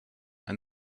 and